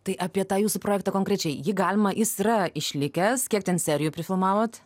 tai apie tą jūsų projektą konkrečiai jį galima jis yra išlikęs kiek ten serijų prifilmavot